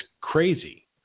crazy